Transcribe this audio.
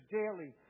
daily